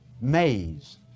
maze